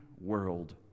world